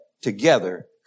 together